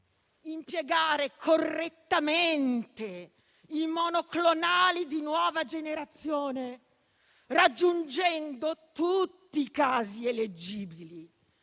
impiegare correttamente gli anticorpi monoclonali di nuova generazione, raggiungendo tutti i casi eleggibili